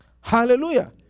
Hallelujah